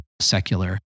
secular